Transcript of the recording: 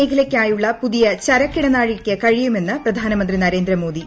മേഖലയ്ക്കായുള്ള പുതിയ ചരക്ക് ഇടനാഴിക്കു കഴിയുമെന്ന് പ്രധാനമന്ത്രി നരേന്ദ്രമോദി